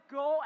go